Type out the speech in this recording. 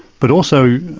but also,